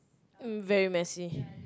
um very messy